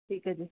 ਠੀਕ ਹੈ ਜੀ